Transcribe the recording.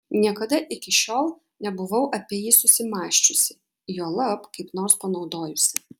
niekada iki šiol nebuvau apie jį susimąsčiusi juolab kaip nors panaudojusi